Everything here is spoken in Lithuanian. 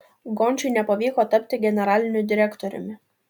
gončiui nepavyko tapti generaliniu direktoriumi